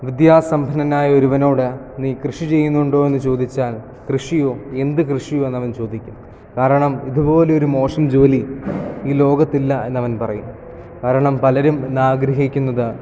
വിദ്യാ സമ്പന്നനായ ഒരുവനോട് നീ കൃഷി ചെയ്യുന്നുണ്ടോ എന്ന് ചോദിച്ചാൽ കൃഷിയോ എന്ത് കൃഷിയോ എന്ന് അവൻ ചോദിക്കും കാരണം ഇതുപോലൊരു മോശം ജോലി ഈ ലോകത്തില്ല എന്ന് അവൻ പറയും കാരണം പലരും ഇന്ന് ആഗ്രഹിക്കുന്നത്